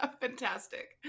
fantastic